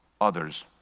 others